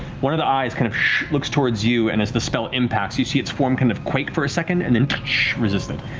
one of the eyes kind of looks towards you, and as the spell impacts, you see its form kind of quake for a second and then resist it.